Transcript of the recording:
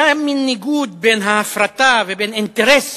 היה מין ניגוד בין ההפרטה, בין האינטרס